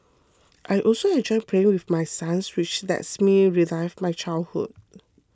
I also enjoy playing with my sons which lets me relive my childhood